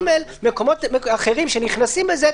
ג' מקומות אחרים שנכנסים בזה,